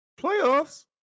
Playoffs